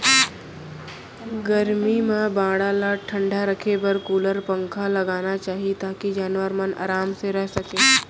गरमी म बाड़ा ल ठंडा राखे बर कूलर, पंखा लगाना चाही ताकि जानवर मन आराम से रह सकें